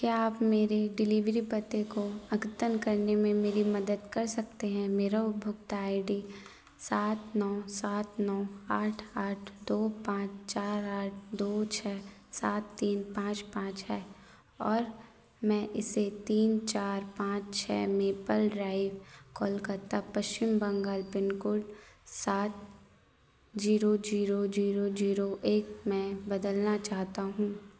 क्या आप मेरी डिलीवरी पते को अद्यतन करने में मेरी मदद कर सकते हैं मेरा उपभोक्ता आई डी सात नौ सात नौ आठ आठ दो पाँच चार आठ दो छः सात तीन पाँच पाँच है और मैं इसे तीन चार पाँच छः maple Kolkata Paschim Bengal pin code सात जीरो जीरो जीरो एक में बदलना चाहता हूँ